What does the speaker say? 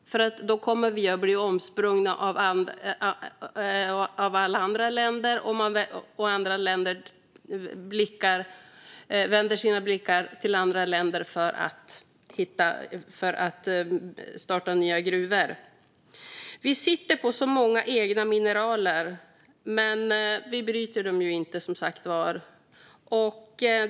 Då kommer vi att bli omsprungna av alla andra länder, dit man kommer att vända blicken för att starta nya gruvor. Vi sitter på så många egna mineral, men vi bryter dem som sagt inte.